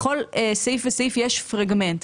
בכל סעיף יש פרגמנט.